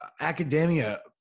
academia